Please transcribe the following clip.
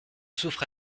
souffre